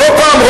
תבוא פעם,